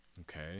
okay